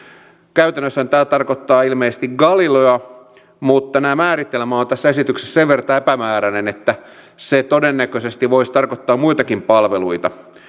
käytännössähän tämä tarkoittaa ilmeisesti galileoa mutta tämä määritelmä on tässä esityksessä sen verran epämääräinen että se todennäköisesti voisi tarkoittaa muitakin palveluita mutta